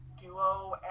duo